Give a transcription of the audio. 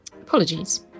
Apologies